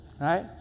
Right